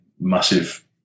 massive